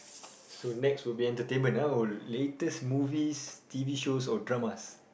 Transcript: so next will be entertainment oh latest movies t_v shows or dramas